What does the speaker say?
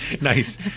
Nice